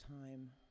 time